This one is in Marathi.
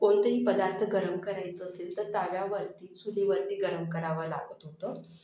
कोणतेही पदार्थ गरम करायचं असेल तर तव्यावरती चुलीवरती गरम करावं लागत होतं